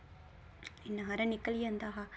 इन्ना हारा निकली जंदा हा